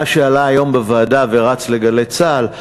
מה שעלה היום בוועדה ורץ ל"גלי צה"ל".